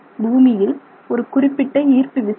பூமியில் ஒரு குறிப்பிட்ட ஈர்ப்பு விசை உண்டு